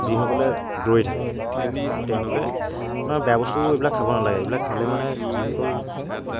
যিসকলে দৌৰি থাকে তেওঁলোকে আপোনাৰ বেয়া বস্তু এইবিলাক খাব নালাগে এইবিলাক খালে মানে যিসকল